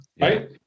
right